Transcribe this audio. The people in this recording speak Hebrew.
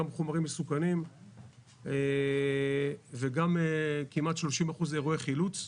גם חומרים מסוכנים וגם כמעט 30% אירועי חילוץ.